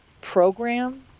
program